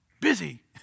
busy